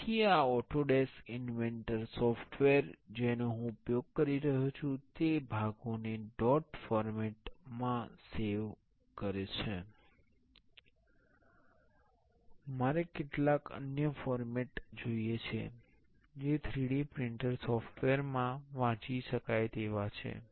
તેથી આ Autodesk Inventor software જેનો હું ઉપયોગ કરી રહ્યો છું તે ભાગોને ડોટ ફોર્મેટ માં સેવ કરે છે મારે કેટલાક અન્ય ફોર્મેટ જોઈએ છે જે 3D પ્રિંટર સોફ્ટવૅર માં વાંચી શકાય તેવા છે